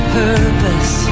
purpose